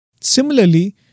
Similarly